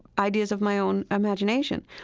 ideas of my own imagination.